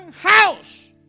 house